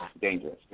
dangerous